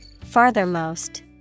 Farthermost